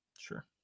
Sure